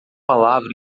palavra